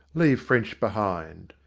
leave french behind.